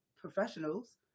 professionals